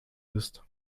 ist